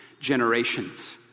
generations